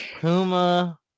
Puma